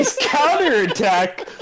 counterattack